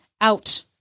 out